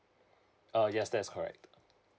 uh yes that is correct